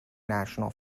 national